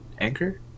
Anchor